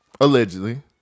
Allegedly